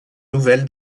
nouvelle